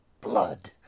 blood